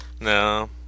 No